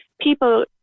people